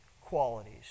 qualities